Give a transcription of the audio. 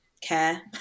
care